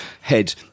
head